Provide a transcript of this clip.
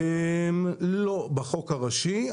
לא בחוק הראשי,